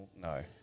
no